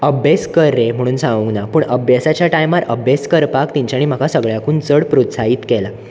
अभ्यास कर रे म्हणून सांगूना पूण अभ्यासाच्या टायमार अभ्यास करपाक तेंच्यानी म्हाका सगळ्याकून चड प्रोत्साहीत केला